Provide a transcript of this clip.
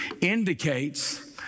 indicates